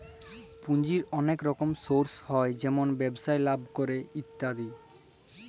পুঁজির ওলেক রকম সর্স হ্যয় যেমল ব্যবসায় লাভ ক্যরে ইত্যাদি